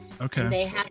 Okay